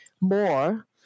more